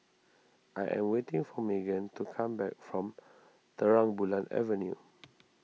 I am waiting for Magen to come back from Terang Bulan Avenue